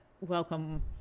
welcome